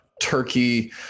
Turkey